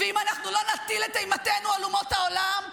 ואם אנחנו לא נטל את אימתנו על אומות העולם,